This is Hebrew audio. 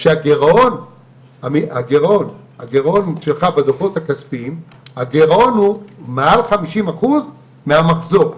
שהגרעון שלך בדוחות הכספיים הוא מעל חמישים אחוז מהמחזור.